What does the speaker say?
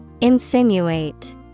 Insinuate